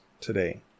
today